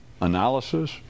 analysis